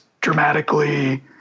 dramatically